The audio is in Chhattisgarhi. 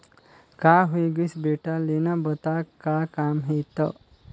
का होये गइस बेटा लेना बता का काम हे त